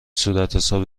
صورتحساب